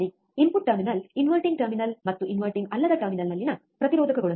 input terminal inverting terminal ಮತ್ತು inverting ಅಲ್ಲದ ಟರ್ಮಿನಲ್ನಲ್ಲಿನ ಪ್ರತಿರೋಧಕಗಳೊಂದಿಗೆ